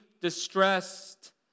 distressed